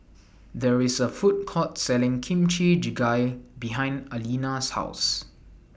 There IS A Food Court Selling Kimchi Jjigae behind Aleena's House